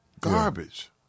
Garbage